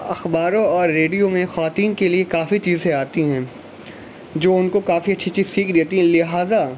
اخباروں اور ریڈیو میں خواتین کے لیے کافی چیزیں آتی ہیں جو ان کو کافی اچھی چیز سیکھ دیتی ہیں لہٰذا